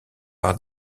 par